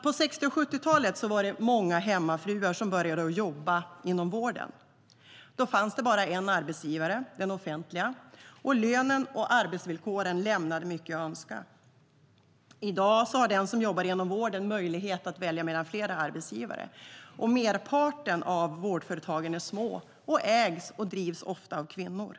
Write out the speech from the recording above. På 60 och 70-talen var det många hemmafruar som började att jobba inom vården. Då fanns det bara en arbetsgivare - den offentliga - och lönen och arbetsvillkoren lämnade mycket övrigt att önska. I dag har den som jobbar inom vården möjlighet att välja mellan flera arbetsgivare. Merparten av vårdföretagen är små och ägs och drivs ofta av kvinnor.